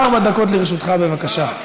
ארבע דקות לרשותך, בבקשה.